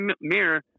mirror